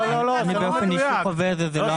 אני חווה את זה באופן אישי.